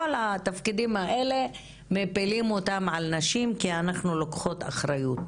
את כל התפקידים האלה מפילים על נשים כי אנחנו לוקחות אחריות.